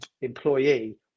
employee